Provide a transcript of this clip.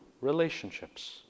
relationships